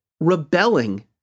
rebelling